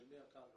של מי הקרקע?